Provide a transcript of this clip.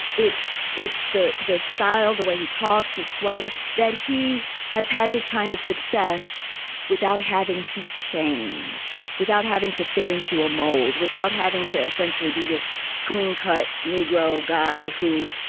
it's it's the the style, the way he talks, his swagger that he has had this kind of success without having to change, without having to fit into a mold, without having to essentially be this clean cut negro guy who,